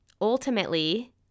Ultimately